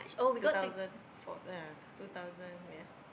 two thousand four yeah two thousand wait ah